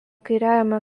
kairiajame